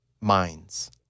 minds